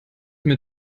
mir